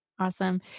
Awesome